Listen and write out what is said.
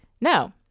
no